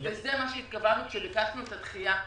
כי לזה התכוונו כשביקשנו את הדחייה.